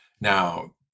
now